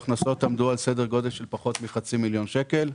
ההכנסות עמדו על סדר גודל של פחות מחצי מיליון שקלים.